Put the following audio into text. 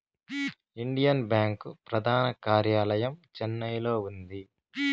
Indian Bank ప్రధాన కార్యాలయం చెన్నైలో ఉంది